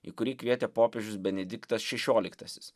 į kurį kvietė popiežius benediktas šešioliktasis